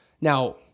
Now